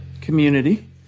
community